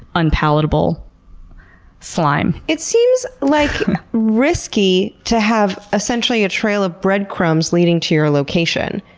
unpalatable slime. it seems like risky to have essentially a trail of breadcrumbs leading to your location.